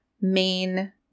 main